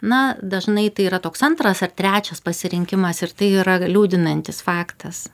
na dažnai tai yra toks antras ar trečias pasirinkimas ir tai yra liūdinantis faktas